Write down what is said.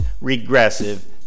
regressive